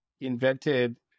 invented